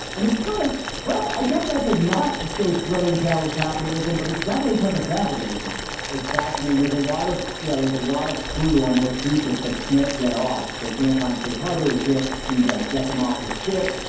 and it's kind of well, i guess that's a not so thrilling tale of capitalism, but it's definitely because of capitalism it's fascinating. there's a lot of yeah, there's a lot of crew on those cruise ships that can't get off. they can't find safe harbor. they can't seem to like get them off the ship.